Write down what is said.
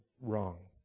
wrong